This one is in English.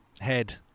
Head